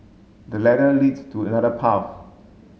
the ladder leads to another path